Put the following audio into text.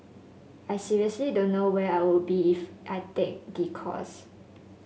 I seriously don't know where I would be if I take the course